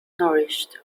nourished